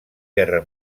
guerra